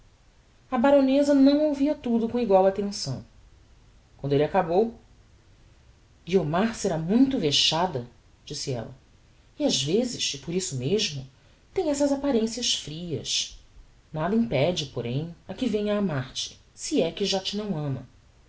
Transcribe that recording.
a baroneza não ouvia tudo com egual attenção quando elle acabou guiomar será muito vexada disse ella e ás vezes e por isso mesmo tem essas apparencias frias nada impede porém a que venha a amar-te se é que ja te não ama